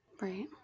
Right